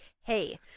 hey